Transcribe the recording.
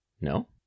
No